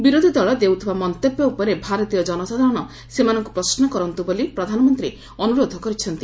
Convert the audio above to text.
ବିରୋଧୀ ଦଳ ଦେଉଥିବା ମନ୍ତବ୍ୟ ଉପରେ ଭାରତୀୟ ଜନସାଧାରଣ ସେମାନଙ୍କୁ ପ୍ରଶ୍ନ କରନ୍ତୁ ବୋଲି ପ୍ରଧାନମନ୍ତ୍ରୀ ଅନୁରୋଧ କରିଛନ୍ତି